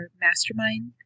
mastermind